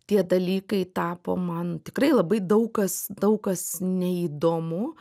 tie dalykai tapo man tikrai labai daug kas daug kas neįdomu